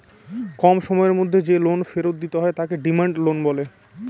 কম সময়ের মধ্যে যে লোন ফেরত দিতে হয় তাকে ডিমান্ড লোন বলে